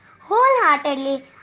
Wholeheartedly